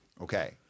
okay